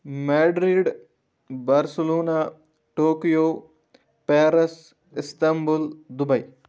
Madrid Tokyo Barcelona Paris Istanbul Dubai